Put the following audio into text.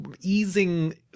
easing